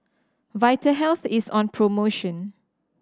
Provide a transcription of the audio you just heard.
vitahealth is on promotion